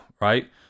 Right